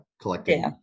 collecting